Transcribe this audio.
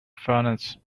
furnace